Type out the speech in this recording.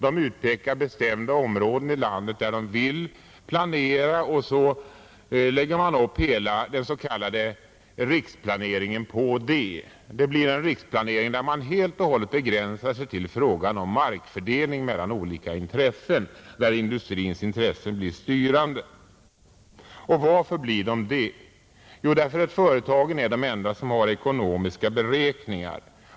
De utpekar bestämda områden i landet där de vill planera, och så lägger man upp hela den s.k. riksplaneringen på det. Det blir en riksplanering där man helt och hållet begränsar sig till markfördelning mellan olika intressen, där industrins intressen blir styrande. Och varför blir de det? Jo, för att företagen är de enda som har ekonomiska beräkningar.